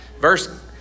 Verse